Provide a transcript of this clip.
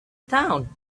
town